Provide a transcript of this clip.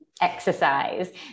exercise